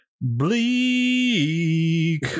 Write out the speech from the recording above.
bleak